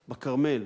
בכרמל,